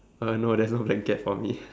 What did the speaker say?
uh no there's no blanket for me